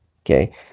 Okay